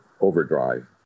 overdrive